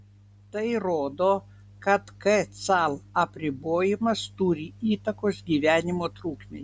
tai rodo kad kcal apribojimas turi įtakos gyvenimo trukmei